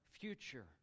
future